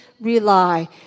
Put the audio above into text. rely